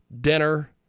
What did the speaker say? dinner